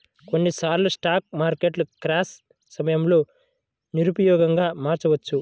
కొన్నిసార్లు స్టాక్ మార్కెట్లు క్రాష్ సమయంలో నిరుపయోగంగా మారవచ్చు